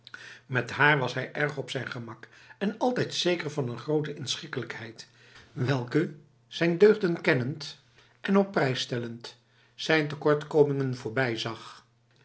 met haar was hij erg op zijn gemak en altijd zeker van een grote inschikkelijkheid welke zijn deugden kennend en op prijs stellend zijn tekortkomingen voorbijzag